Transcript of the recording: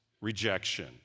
rejection